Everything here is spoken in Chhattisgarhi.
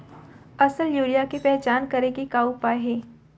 असली यूरिया के पहचान करे के का उपाय हे?